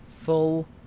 full